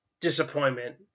disappointment